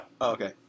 Okay